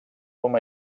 com